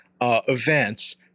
events